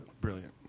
Brilliant